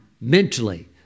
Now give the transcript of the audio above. mentally